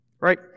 Right